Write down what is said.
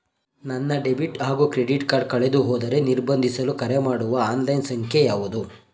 ನನ್ನ ಡೆಬಿಟ್ ಹಾಗೂ credit card ಕಳೆದುಹೋದರೆ ನಿರ್ಬಂಧಿಸಲು ಕರೆಮಾಡುವ ಆನ್ಲೈನ್ ಸಂಖ್ಯೆಯಾವುದು?